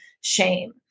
shame